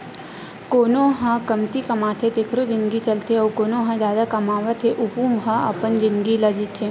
कोनो ह कमती कमाथे तेखरो जिनगी चलथे अउ कोना ह जादा कमावत हे वहूँ ह अपन जिनगी ल जीथे